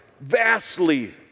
vastly